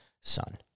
son